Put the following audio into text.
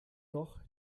noch